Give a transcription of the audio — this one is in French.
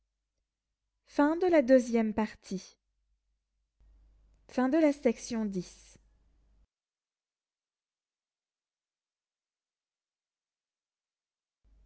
de la part